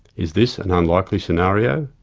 is this an unlikely scenario?